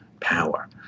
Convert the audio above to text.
power